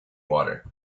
water